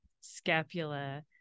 scapula